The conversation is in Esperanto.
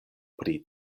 pri